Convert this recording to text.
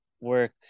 work